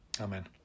Amen